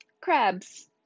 crabs